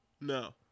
No